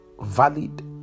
valid